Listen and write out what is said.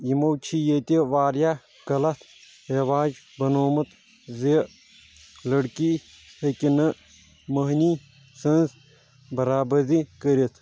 یِمو چھُ ییٚتہِ واریاہ غلط رٮ۪واج بنوٚومُت زِ لڑکی ہیٚکہِ نہٕ مہنی سٕنٛز برابردِی کٔرِتھ